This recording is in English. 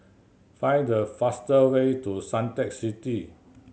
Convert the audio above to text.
find the faster way to Suntec City